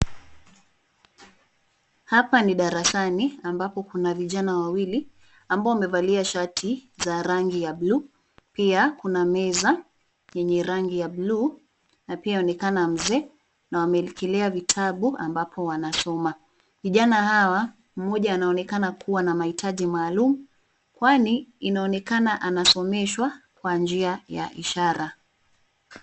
Hapa ni darasani ambapo kuna vijana wawili ambao wamevalia shati za rangi ya blue , pia kuna meza yenye rangi ya blue na pia yaonekana mzee na wameekelea vitabu ambapo wanasoma. Vijana hawa, mmoja anaonekana kuwa na mahitaji maalum, kwani inaonekana anasomeshwa kwa njia ya ishara.